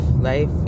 Life